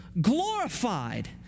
glorified